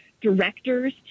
directors